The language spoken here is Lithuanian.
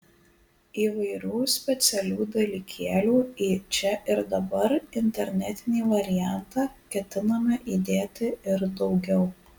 įvairių specialių dalykėlių į čia ir dabar internetinį variantą ketiname įdėti ir daugiau